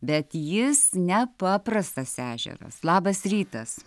bet jis nepaprastas ežeras labas rytas